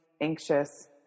anxious